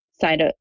side